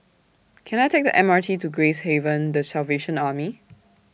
Can I Take The M R T to Gracehaven The Salvation Army